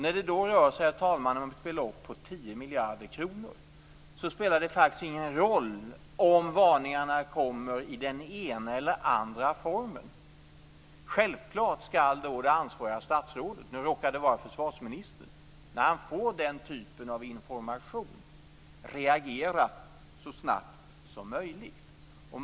När det då, herr talman, rör sig om ett belopp på 10 miljarder kronor spelar det faktiskt ingen roll om varningarna kommer i den ena eller andra formen. Självklart skall då det ansvariga statsrådet - nu råkade det vara försvarsministern - när han får denna typ av information reagera så snabbt som möjligt.